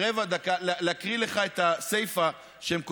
רבע דקה להקריא לך את הסיפא שהם כותבים,